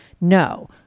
No